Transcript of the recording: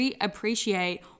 appreciate